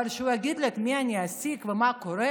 אבל שהוא יגיד לי את מי אני אעסיק ומה קורה?